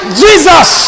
jesus